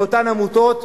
אל אותן עמותות,